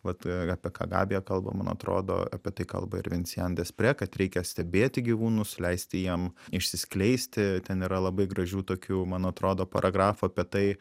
vat apie ką gabija kalba man atrodo apie tai kalba ir vincian despre kad reikia stebėti gyvūnus leisti jiem išsiskleisti ten yra labai gražių tokių man atrodo paragrafų apie tai